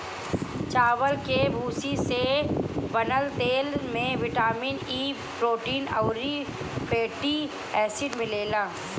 चावल के भूसी से बनल तेल में बिटामिन इ, प्रोटीन अउरी फैटी एसिड मिलेला